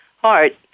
heart